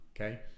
okay